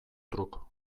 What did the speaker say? truk